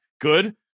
Good